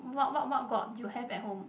what what what god you have at home